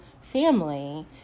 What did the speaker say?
family